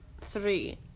three